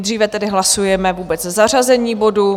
Nejdříve tedy hlasujeme vůbec zařazení bodu.